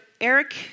Eric